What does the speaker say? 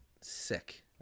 sick